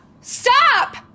Stop